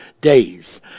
days